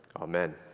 Amen